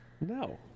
No